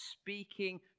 speaking